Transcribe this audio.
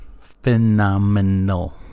phenomenal